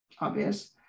obvious